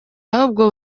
ahubwo